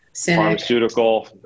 pharmaceutical